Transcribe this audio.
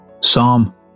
Psalm